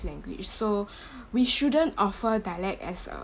language so we shouldn't offer dialect as a